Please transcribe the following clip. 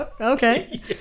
okay